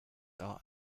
are